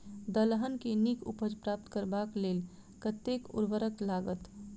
दलहन केँ नीक उपज प्राप्त करबाक लेल कतेक उर्वरक लागत?